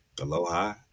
aloha